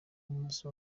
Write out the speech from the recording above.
umunsi